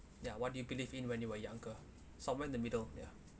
ya what do you believe in when you were younger somewhere in the middle ya